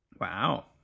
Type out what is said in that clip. Wow